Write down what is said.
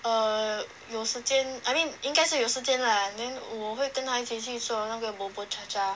err 有时间 I mean 应该是有时间 lah then 我会跟她一起去做那个 bubur chacha